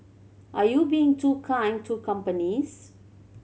are you being too kind to companies